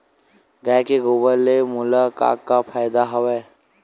गाय के गोबर ले मोला का का फ़ायदा हवय?